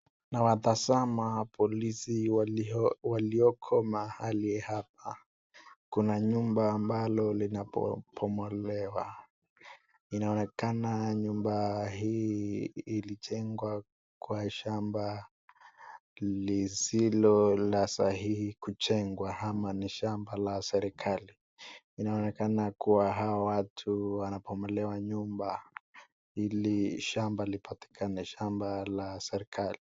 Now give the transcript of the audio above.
Nawatazama polisi walioko mahali hapa. Kuna nyumba ambalo linapomolewa. Inaonekana nyumba hii ilijengwa kwa shamba lisilo la sahihi kujengwa ama ni shamba la serikali. Inaonekana kuwa hawa watu wanapomolewa nyumba ili shamba lipatikane shamba la serikali.